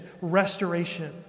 restoration